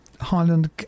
Highland